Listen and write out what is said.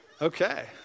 Okay